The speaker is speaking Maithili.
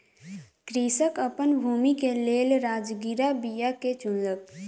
कृषक अपन भूमि के लेल राजगिरा बीया के चुनलक